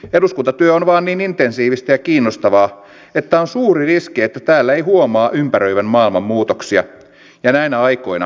eduskuntatyö on vain niin intensiivistä ja kiinnostavaa että on suuri riski että täällä ei huomaa ympäröivän maailman muutoksia ja näinä aikoina niitä riittää